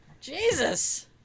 Jesus